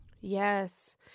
Yes